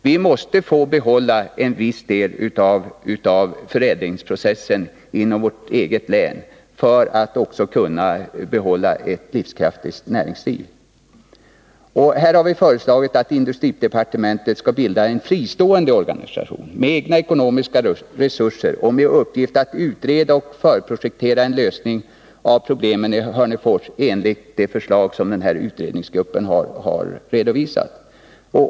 Vi måste få behålla en viss del av förädlingsprocessen inom vårt eget län för att också kunna behålla ett livskraftigt näringsliv. Här har vi föreslagit att industridepartementet skall bilda en fristående organisation med egna ekonomiska resurser och med uppgift att utreda och förprojektera en lösning av problemen i Hörnefors enligt det förslag som den nämnda utredningsgruppen har redovisat.